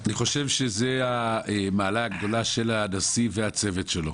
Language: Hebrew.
אני חושב שזו המעלה הגדולה של הנשיא והצוות שלו,